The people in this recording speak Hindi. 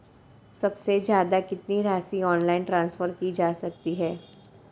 सबसे ज़्यादा कितनी राशि ऑनलाइन ट्रांसफर की जा सकती है?